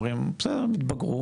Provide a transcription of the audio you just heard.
הם אומרים בסדר הם יתבגרו,